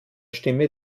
stimme